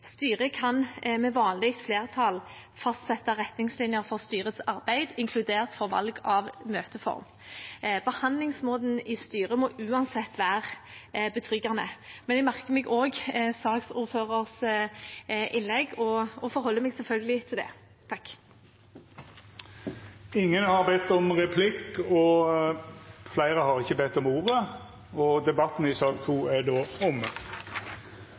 Styret kan med vanlig flertall fastsette retningslinjer for styrets arbeid, inkludert for valg av møteform. Behandlingsmåten i styret må uansett være betryggende. Jeg merker meg også saksordførerens innlegg og forholder meg selvfølgelig til det. Fleire har ikke bedt om ordet til sak nr. 2. Etter ynske frå helse- og omsorgskomiteen vil presidenten ordna debatten